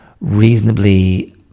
reasonably